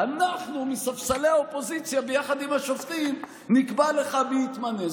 אנחנו מספסלי האופוזיציה ביחד עם השופטים נקבע לך מי יתמנה.